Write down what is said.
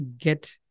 get